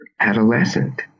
adolescent